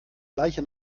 gleiche